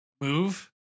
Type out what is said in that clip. move